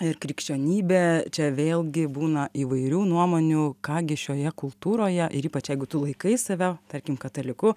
ir krikščionybė čia vėlgi būna įvairių nuomonių ką gi šioje kultūroje ir ypač jeigu tu laikai save tarkim kataliku